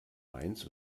mainz